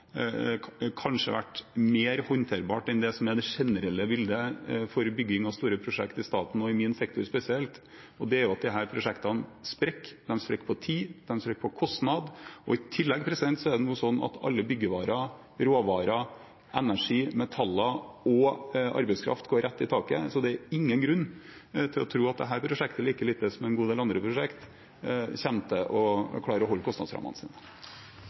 kanskje vært mer håndterbart enn det som er det generelle bildet for bygging av store prosjekt i staten og i min sektor spesielt, som jo er at disse prosjektene sprekker. De sprekker på tid, de sprekker på kostnad. I tillegg er det nå sånn at prisene på alle byggevarer, råvarer, energi, metaller og arbeidskraft går rett i taket, så det er ingen grunn til å tro at dette prosjektet, like lite som en god del andre prosjekt, kommer til å klare å holde kostnadsrammene